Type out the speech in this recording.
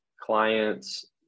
clients